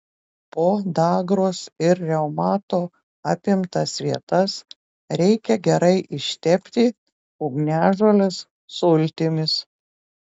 podagros ir reumato apimtas vietas reikia gerai ištepti ugniažolės sultimis